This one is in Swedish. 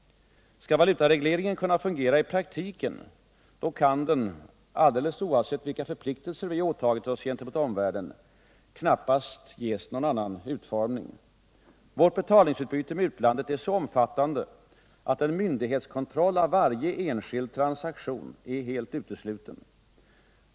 Skall valutaregleringen kunna fungera i praktiken, kan den — alldeles oavsett vilka förpliktelser vi åtagit oss gentemot omvärlden — knappast ges någon annan utformning. Vån betalningsutbyte med utlandet är så omfattande att en myndighetskontroll av varje enskild transaktion är utesluten.